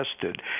tested